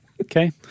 Okay